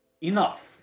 Enough